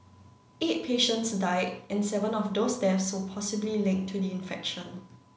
eight patients died and seven of those deaths were possibly linked to the infection